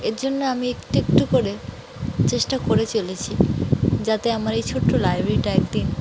এর জন্য আমি একটু একটু করে চেষ্টা করে চলেছি যাতে আমার এই ছোট্ট লাইব্রেরিটা একদিন